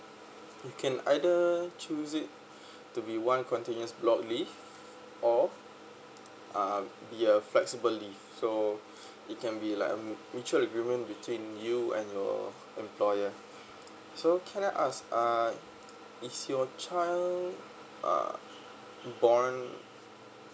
you can either choose it to be one continuous block leave or uh year flexible leave so it can be like mm mutual agreement between you and your employer so can I ask uh is your child uh born